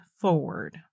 forward